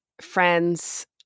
friends